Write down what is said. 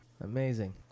Amazing